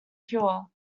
cure